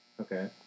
Okay